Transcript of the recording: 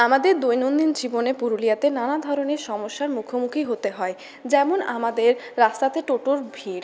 আমাদের দৈনন্দিন জীবনে পুরুলিয়াতে নানা ধরনের সমস্যার মুখোমুখি হতে হয় যেমন আমাদের রাস্তাতে টোটোর ভিড়